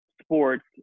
sports